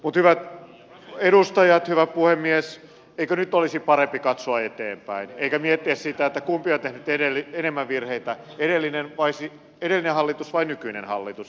mutta hyvät edustajat hyvä puhemies eikö nyt olisi parempi katsoa eteenpäin eikä miettiä sitä kumpi on tehnyt enemmän virheitä edellinen hallitus vai nykyinen hallitus